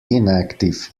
inactive